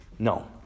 No